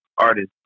artist